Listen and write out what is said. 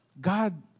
God